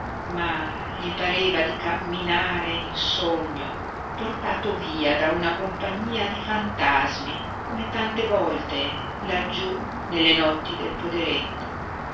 ma gli pareva di camminare in sogno portato via da una compagnia di fantasmi come tante volte laggiú nelle notti del poderetto era